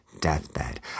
deathbed